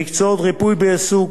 במקצועות ריפוי בעיסוק,